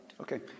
Okay